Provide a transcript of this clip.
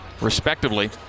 respectively